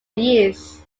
years